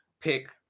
pick